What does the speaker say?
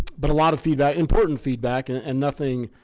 but a lot of feedback important feedback and and nothing,